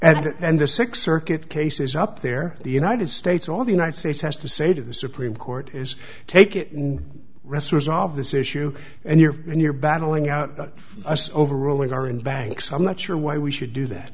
and and the six circuit cases up there the united states all the united states has to say to the supreme court is take it and ressources all of this issue and you're and you're battling out ice over rulings are in banks i'm not sure why we should do that